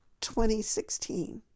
2016